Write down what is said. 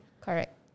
Correct